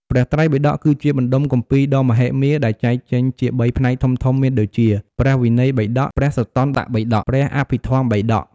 ព្រះត្រៃបិដក គឺជាបណ្តុំគម្ពីរដ៏មហិមាដែលចែកចេញជាបីផ្នែកធំៗមានដូចជា ព្រះវិន័យបិដក ព្រះសុត្តន្តបិដក ព្រះអភិធម្មបិដក។